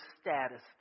status